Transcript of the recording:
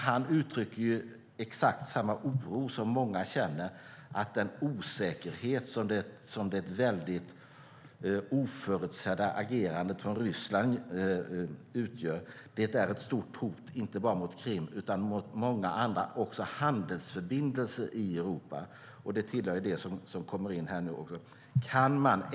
Han uttrycker exakt samma oro som många känner, nämligen att den osäkerhet som det oförutsedda agerandet från Rysslands sida leder till är ett stort hot inte bara mot Krim utan också mot många andra handelsförbindelser i Europa. Det tillhör det som kommer in här.